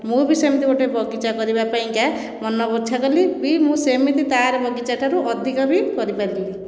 ମୁଁ ବି ସେମିତି ଗୋଟିଏ ବଗିଚା କରିବା ପାଇଁକା ମନ ବଛା କଲି ବି ମୁଁ ସେମିତି ତାରି ବଗିଚା ଠାରୁ ଅଧିକ ବି କରିପାରିଲି